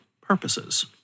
purposes